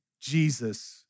Jesus